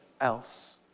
else